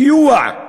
סיוע,